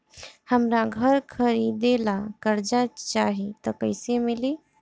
हमरा घर खरीदे ला कर्जा चाही त कैसे मिली?